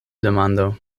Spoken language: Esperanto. demando